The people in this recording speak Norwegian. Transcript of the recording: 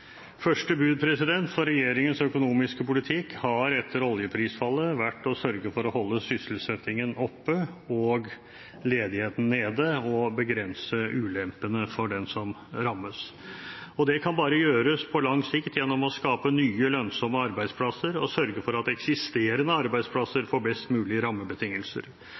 Første bud for regjeringens økonomiske politikk har etter oljeprisfallet vært å sørge for å holde sysselsettingen oppe og ledigheten nede og begrense ulempene for dem som rammes. Det kan bare gjøres på lang sikt, gjennom å skape nye lønnsomme arbeidsplasser og sørge for at eksisterende arbeidsplasser får best mulige rammebetingelser.